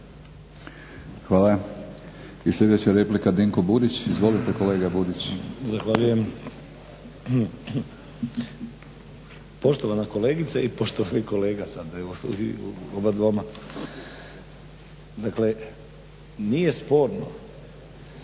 Hvala. I sljedeća replika Dinko Burić. Izvolite kolega Burić. **Burić, Dinko (HDSSB)** Zahvaljujem. Poštovana kolegice i poštovani kolega obadvoma, dakle nije sporno